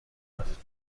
رفت